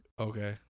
Okay